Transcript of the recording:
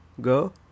go